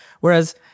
Whereas